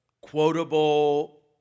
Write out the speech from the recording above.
quotable